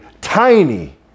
tiny